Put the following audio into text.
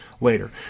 later